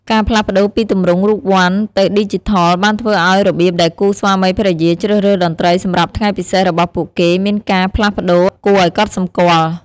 ការផ្លាស់ប្តូរពីទម្រង់រូបវ័ន្តទៅឌីជីថលបានធ្វើឱ្យរបៀបដែលគូស្វាមីភរិយាជ្រើសរើសតន្ត្រីសម្រាប់ថ្ងៃពិសេសរបស់ពួកគេមានការផ្លាស់ប្តូរគួរឱ្យកត់សម្គាល់។